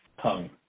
tongue